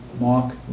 Mark